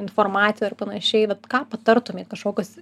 informacija ir panašiai vat ką patartumėt kažkokius